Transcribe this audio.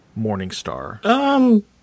Morningstar